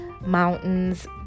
mountains